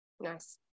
Nice